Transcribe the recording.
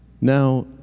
Now